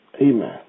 Amen